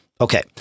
Okay